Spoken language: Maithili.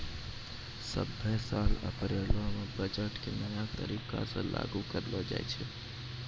सभ्भे साल अप्रैलो मे बजट के नया तरीका से लागू करलो जाय छै